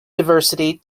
diversity